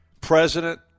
president